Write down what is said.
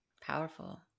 Powerful